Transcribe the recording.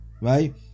right